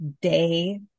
day